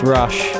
rush